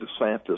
DeSantis